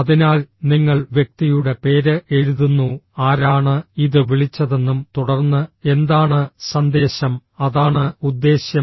അതിനാൽ നിങ്ങൾ വ്യക്തിയുടെ പേര് എഴുതുന്നു ആരാണ് ഇത് വിളിച്ചതെന്നും തുടർന്ന് എന്താണ് സന്ദേശം അതാണ് ഉദ്ദേശ്യം